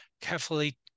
carefully